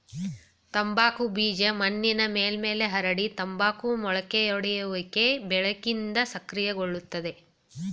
ತಂಬಾಕು ಬೀಜ ಮಣ್ಣಿನ ಮೇಲ್ಮೈಲಿ ಹರಡಿ ತಂಬಾಕು ಮೊಳಕೆಯೊಡೆಯುವಿಕೆ ಬೆಳಕಿಂದ ಸಕ್ರಿಯಗೊಳ್ತದೆ